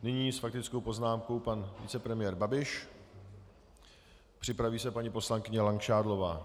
Nyní s faktickou poznámkou pan vicepremiér Babiš, připraví se paní poslankyně Langšádlová.